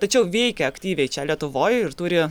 tačiau veikia aktyviai čia lietuvoj ir turi